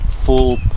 full